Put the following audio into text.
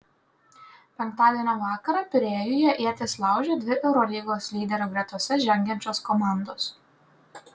penktadienio vakarą pirėjuje ietis laužė dvi eurolygos lyderių gretose žengiančios komandos